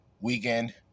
weekend